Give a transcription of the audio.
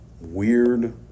weird